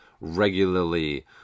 regularly